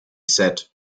said